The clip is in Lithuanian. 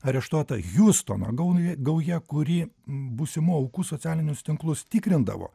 areštuota hiustono gauja gauja kuri būsimų aukų socialinius tinklus tikrindavo